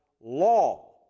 law